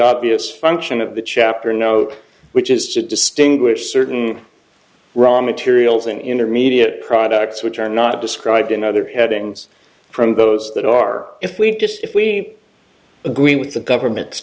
obvious function of the chapter note which is to distinguish certain raw materials in intermediate products which are not described in other headings from those that are if we just if we agree with the government's